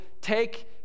take